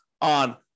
on